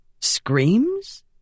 screams